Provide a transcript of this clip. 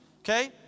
okay